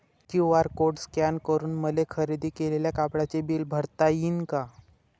QR code scan करून मले खरेदी केलेल्या कापडाचे बिल भरता यीन का?